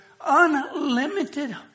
unlimited